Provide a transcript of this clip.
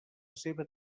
seva